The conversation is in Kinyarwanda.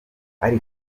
ati